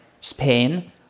Spain